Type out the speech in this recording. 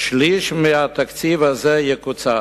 שליש מהתקציב הזה יקוצץ: